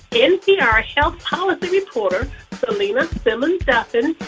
npr health policy reporter selena simmons-duffin